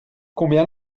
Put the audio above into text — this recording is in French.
combien